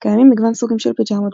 קיימים מגוון סוגים של פיג'מות,